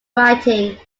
writing